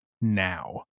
now